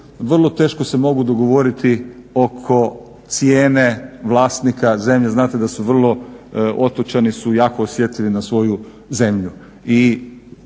vrlo teško se mogu dogovoriti oko cijene vlasnika zemlje. Znate da su otočani vrlo osjetljivi na svoju zemlju